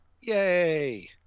Yay